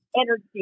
Energy